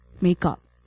makeup